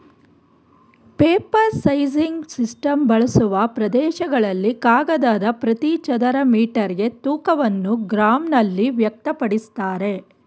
paper sizing system ಬಳಸುವ ಪ್ರದೇಶಗಳಲ್ಲಿ ಕಾಗದದ ಪ್ರತಿ ಚದರ ಮೀಟರ್ಗೆ ತೂಕವನ್ನು ಗ್ರಾಂನಲ್ಲಿ ವ್ಯಕ್ತಪಡಿಸ್ತಾರೆ